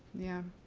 yeah.